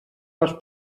les